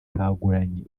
kyagulanyi